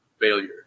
failure